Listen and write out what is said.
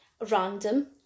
Random